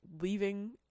Leaving